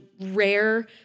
rare